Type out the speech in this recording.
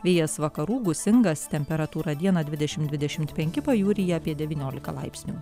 vėjas vakarų gūsingas temperatūra dieną dvidešim dvidešim penki pajūryje apie devyniolika laipsnių